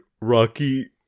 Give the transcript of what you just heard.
Rocky